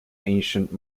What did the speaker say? ancient